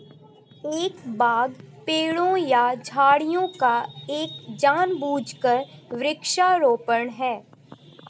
एक बाग पेड़ों या झाड़ियों का एक जानबूझकर वृक्षारोपण है